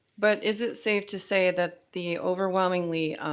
but is it safe to say that the overwhelmingly,